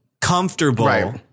comfortable